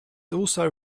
also